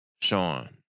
Sean